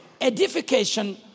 edification